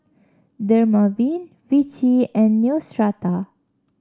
Dermaveen Vichy and Neostrata